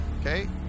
Okay